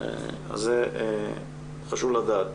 דבר שלא היה בעבר.